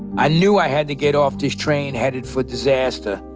i knew i had to get off this train headed for disaster,